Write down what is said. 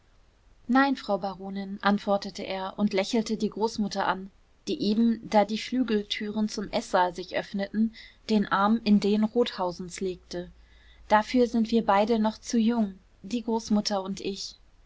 nein frau baronin antwortete er und lächelte die großmutter an die eben da die flügeltüren zum eßsaal sich öffneten den arm in den rothausens legte dafür sind wir beide noch zu jung die großmutter und ich